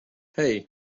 hey